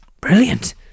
Brilliant